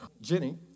Jenny